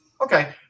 okay